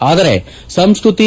ಆದರೆ ಸಂಸ್ಕೃಪಿ